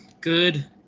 Good